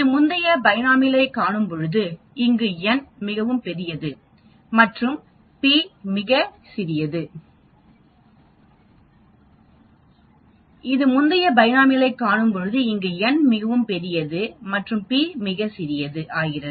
இது முந்தைய பைனோமியலைக் காணும்பொழுது இங்கு n மிகவும் மிகப் பெரியது மற்றும் p மிகச் சிறியது ஆகிறது